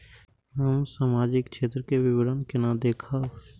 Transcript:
हम सामाजिक क्षेत्र के विवरण केना देखब?